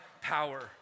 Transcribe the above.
power